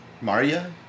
Maria